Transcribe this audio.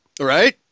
Right